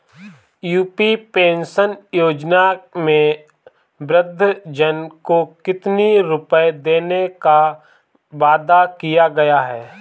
UP pension योजना में वृद्धजन को कितनी रूपये देने का वादा किया गया है?